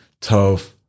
Tough